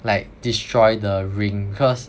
like destroy the ring cause